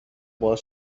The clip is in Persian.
باز